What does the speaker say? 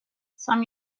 some